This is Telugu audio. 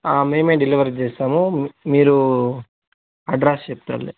ఆ మేమే డెలివరీ చేస్తాము మీరు అడ్రసు చెప్తే